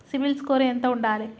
CIBIL score ఎంత ఉండాలే?